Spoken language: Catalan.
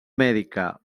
mèdica